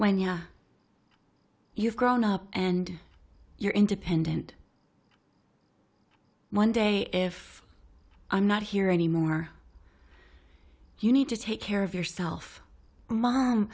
know you've grown up and you're independent one day if i'm not here anymore you need to take care of yourself mom